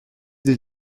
des